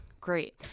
great